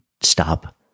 stop